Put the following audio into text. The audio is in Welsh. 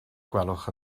gwelwch